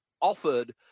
offered